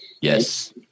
yes